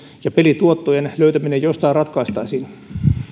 ja pelituottojen löytäminen jostain ratkaistaisiin